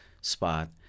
spot